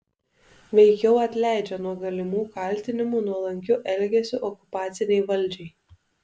veikiau atleidžia nuo galimų kaltinimų nuolankiu elgesiu okupacinei valdžiai